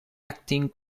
acting